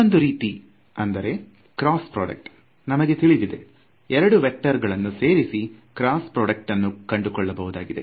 ಇನ್ನೊಂದು ರೀತಿ ಅಂದರೆ ಕ್ರಾಸ್ ಪ್ರೊಡ್ಯೂಕ್ಟ್ ನಮಗೆ ತಿಳಿದಿದೆ ಎರಡು ವೇಕ್ಟರ್ ಗಳನ್ನು ಸೇರಿಸಿ ಕ್ರಾಸ್ ಪ್ರೊಡ್ಯೂಕ್ಟ್ ಅನ್ನು ಕಂಡುಕೊಳ್ಳಬಹುದಾಗಿದೆ